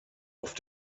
auf